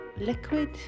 Liquid